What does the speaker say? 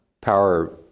power